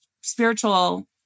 spiritual